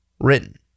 written